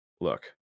look